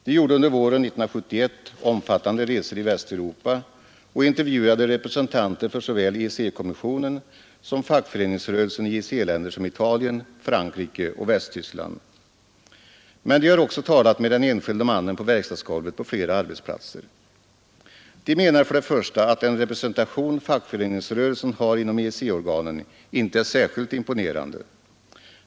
De gjorde under våren 1971 omfattande resor i Västeuropa och intervjuade representanter för såväl EEC-kommissionen som fackföreningsrörelsen i EEC-länder som Italien, Frankrike och Västtyskland. Men de talade också med den enskilde mannen på verkstadsgolvet på flera arbetsplatser. De menar för det första att den representation fackföreningsrörelsen har inom EEC organen inte är särskilt imponerande.